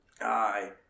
Aye